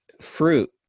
fruit